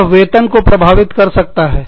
यह वेतन को प्रभावित कर सकता है